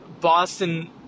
Boston